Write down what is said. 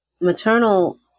maternal